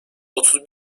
otuz